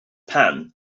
pan